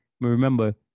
Remember